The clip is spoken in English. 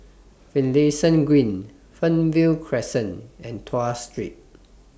Finlayson Green Fernvale Crescent and Tuas Street